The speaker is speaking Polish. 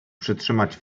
przytrzymać